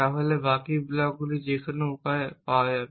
তাহলে বাকি ব্লকগুলি যেকোন উপায়ে পাওয়া যাবে